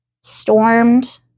stormed